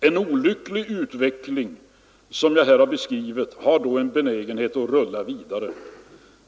En olycklig utveckling, som den jag här beskrivit, har då en benägenhet att rulla vidare.